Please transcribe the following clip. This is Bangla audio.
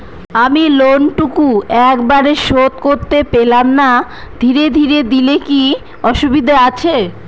আমি লোনটুকু একবারে শোধ করতে পেলাম না ধীরে ধীরে দিলে কি অসুবিধে আছে?